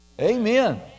Amen